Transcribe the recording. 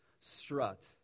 strut